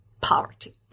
poverty